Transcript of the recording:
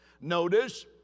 notice